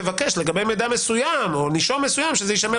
אתה תבקש לגבי מידע מסוים או נישום מסוים שזה יישמר